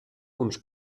uns